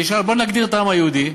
תשאל: בוא נגדיר את העם היהודי.